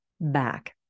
back